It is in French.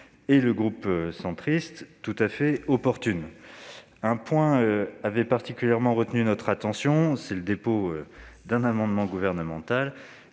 et le groupe Union Centriste tout à fait opportunes. Un point avait particulièrement retenu notre attention, c'est le dépôt d'un amendement gouvernemental